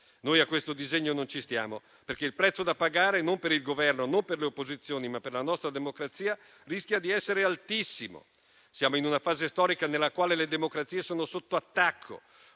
Noi a questo disegno non ci stiamo perché il prezzo da pagare, non per il Governo o le opposizioni, ma per la nostra democrazia rischia di essere altissimo. Siamo in una fase storica nella quale le democrazie sono sotto attacco.